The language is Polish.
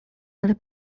ale